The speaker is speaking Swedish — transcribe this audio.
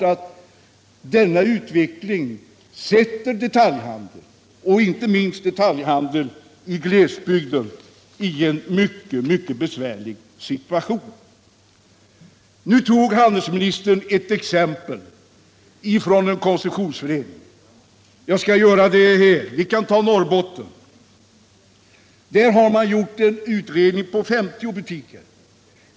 Och denna utveckling sätter uppenbarligen detaljhandeln, inte minst detaljhandeln i glesbygden, i en mycket besvärlig situation. Nu tog handelsministern ett exempel från en konsumtionsförening. Också jag skall ta ett sådant — ett exempel från Norrbotten. Där har gjorts en utredning som omfattade 50 butiker.